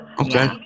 okay